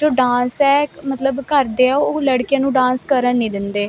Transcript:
ਜੋ ਡਾਂਸ ਹ ਮਤਲਬ ਘਰਦੇ ਆ ਉਹ ਲੜਕਿਆਂ ਨੂੰ ਡਾਂਸ ਕਰਨ ਨਹੀਂ ਦਿੰਦੇ